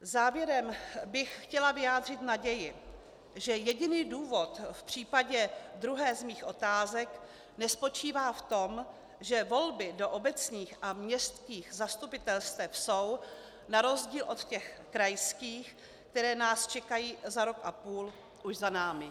Závěrem bych chtěla vyjádřit naději, že jediný důvod v případě druhé z mých otázek nespočívá v tom, že volby do obecních a městských zastupitelstev jsou na rozdíl od těch krajských, které nás čekají za rok a půl, už za námi.